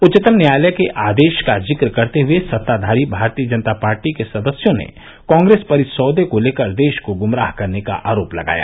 उच्चतम न्यायालय के आदेश का जिक्र करते हुए सत्ताधारी भारतीय जनता पार्टी के सदस्यों ने कांग्रेस पर इस सौदे को लेकर देश को गुमराह करने का आरोप लगाया